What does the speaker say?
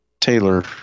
Taylor